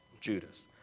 Judas